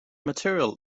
material